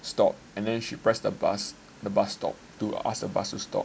stop and then she pressed the bus the bus stop to ask the bus to stop